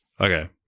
Okay